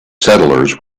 settlers